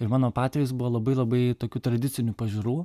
ir mano patėvis buvo labai labai tokių tradicinių pažiūrų